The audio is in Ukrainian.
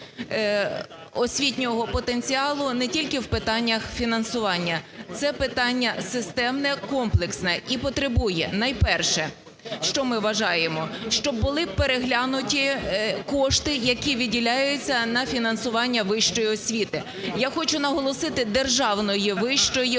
освітнього потенціалу, не тільки в питаннях фінансування. Це питання системне, комплексне і потребує, найперше, що ми вважаємо, щоб були переглянуті кошти, які виділяються на фінансування вищої освіти, я хочу наголосити, державної вищої